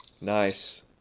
Nice